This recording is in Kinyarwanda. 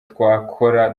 twakora